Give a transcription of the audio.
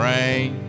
Rain